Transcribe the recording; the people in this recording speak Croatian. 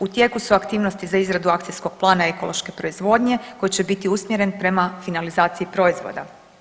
U tijeku aktivnosti za izradu akcijskog plana ekološke proizvodnje koji će biti usmjeren prema finalizaciji proizvoda.